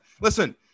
Listen